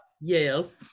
yes